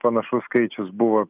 panašus skaičius buvo